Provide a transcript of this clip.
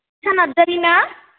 सा नारजारी ना